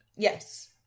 Yes